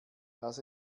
das